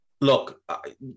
look